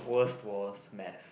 worst was math